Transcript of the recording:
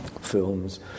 films